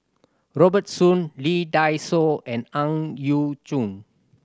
Robert Soon Lee Dai Soh and Ang Yau Choon